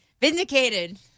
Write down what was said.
vindicated